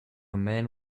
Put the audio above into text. man